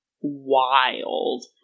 wild